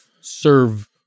serve